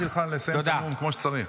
לא, עזרתי לך לסיים את הנאום כמו שצריך.